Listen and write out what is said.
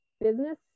business